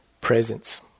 presence